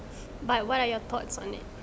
but what are your thoughts on it